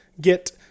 get